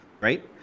right